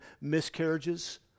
miscarriages